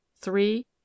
three